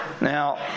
Now